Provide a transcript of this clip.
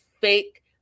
fake